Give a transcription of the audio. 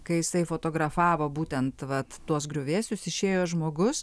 kai jisai fotografavo būtent vat tuos griuvėsius išėjo žmogus